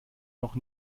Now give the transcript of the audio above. noch